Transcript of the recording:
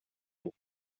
του